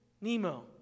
Nemo